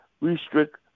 restrict